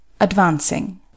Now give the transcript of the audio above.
ADVANCING